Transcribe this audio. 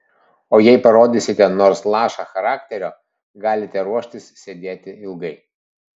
o jei parodysite nors lašą charakterio galite ruoštis sėdėti ilgai